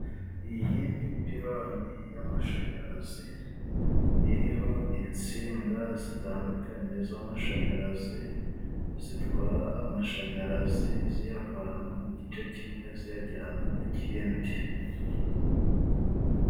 Iyi ni ipironi y'amashanyarazi, iriho insinga zitandukanye z'amashanyarazi, zitwara amashanyarazi ziyavana mu gice kimwe ziyajyana mu kindi.